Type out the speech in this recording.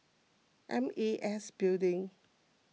M E S Building